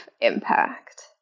impact